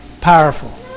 powerful